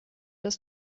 das